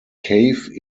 cave